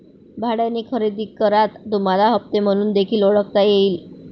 भाड्याने खरेदी करा तुम्हाला हप्ते म्हणून देखील ओळखता येईल